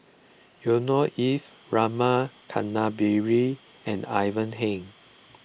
Yusnor Ef Rama Kannabiran and Ivan Heng